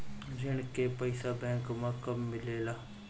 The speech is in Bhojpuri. ऋण के पइसा बैंक मे कब मिले ला?